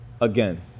Again